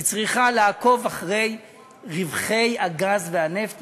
היא צריכה לעקוב אחרי רווחי הגז והנפט.